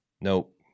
Nope